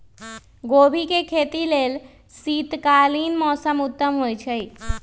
गोभी के खेती लेल शीतकालीन मौसम उत्तम होइ छइ